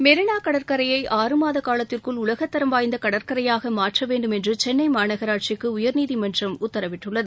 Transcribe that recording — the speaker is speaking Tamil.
மெரினா கடற்கரையை ஆறு மாத காலத்திற்குள் உலகத்தரம் வாய்ந்த கடற்கரையாக மாற்ற வேண்டும் என்று சென்னை மாநகராட்சிக்கு உயர்நீதிமன்றம் உத்தரவிட்டுள்ளது